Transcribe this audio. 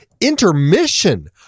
intermission